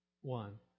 one